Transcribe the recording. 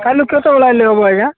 କାଲି କେତେବେଳେ ଆଇଲେ ହେବ ଆଜ୍ଞା